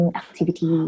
activity